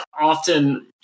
often